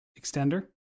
extender